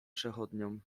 przechodniom